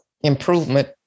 improvement